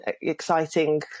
exciting